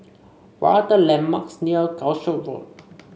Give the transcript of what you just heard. what are the landmarks near Calshot Road